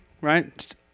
right